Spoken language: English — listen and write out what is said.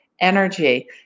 energy